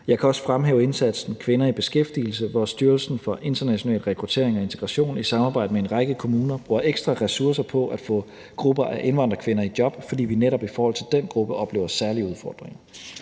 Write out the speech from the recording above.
Jeg kan også fremhæve indsatsen »Kvinder i beskæftigelse«, hvor Styrelsen for International Rekruttering og Integration i samarbejde med en række kommuner bruger ekstra ressourcer på at få grupper af indvandrerkvinder i job, fordi vi netop i forhold til den gruppe oplever særlige udfordringer.